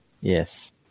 Yes